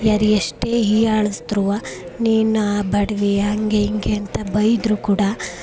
ಯಾರು ಎಷ್ಟೇ ಹೀಯಾಳಿಸಿದ್ರು ನೀನಾ ಬಡವಿ ಹಾಗೆ ಹೀಗೆ ಅಂತ ಬೈದರೂ ಕೂಡ